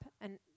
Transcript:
and